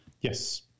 Yes